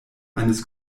eines